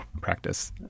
practice